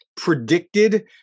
predicted